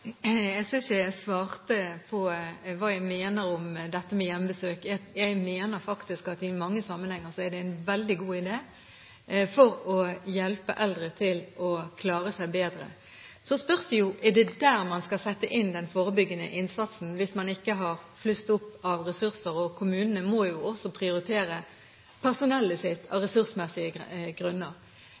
Jeg synes jeg svarte på hva jeg mener om dette med hjemmebesøk. Jeg mener at det i mange sammenhenger er en veldig god idé for å hjelpe eldre til å klare seg bedre. Så spørs det om det er der man skal sette inn den forebyggende innsatsen, hvis man ikke har flust med ressurser – og kommunene må jo også prioritere personellet sitt av ressursmessige grunner.